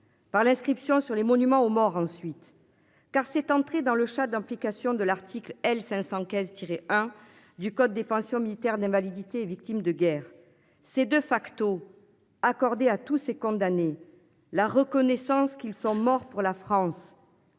par l'inscription sur les monuments aux morts ensuite car cette entrée dans le chat d'implication de l'article L. 515 tirer un du code des pensions militaires d'invalidité et victimes de guerre c'est de facto accordée à tous ces condamné la reconnaissance qu'ils sont morts pour la France.